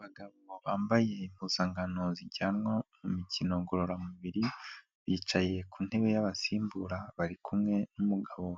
Abagabo bambaye impuzankano zijyanwa mu mikino ngororamubiri bicaye ku ntebe y'abasimbura bari kumwe n'umugabo